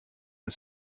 the